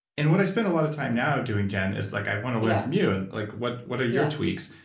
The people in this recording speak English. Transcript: and what i spend a lot of time now doing, jen is like i want to learn from you. and like what what are your tweaks?